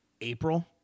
April